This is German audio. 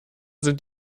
sind